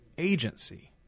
agency